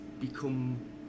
become